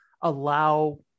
allow